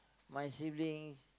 my siblings